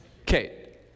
okay